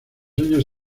años